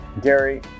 Gary